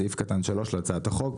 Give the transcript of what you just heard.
בסעיף קטן (3) להצעת החוק,